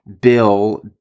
bill